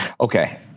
Okay